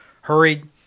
hurried